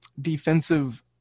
defensive